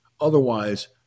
Otherwise